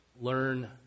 Learn